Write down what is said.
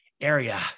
area